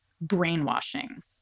brainwashing